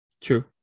True